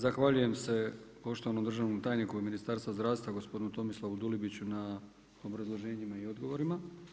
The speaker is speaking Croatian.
Zahvaljujem se poštovanom državnom tajniku Ministarstvu zdravstva gospodinu Tomislavu Dulibiću na obrazloženjima i odgovorima.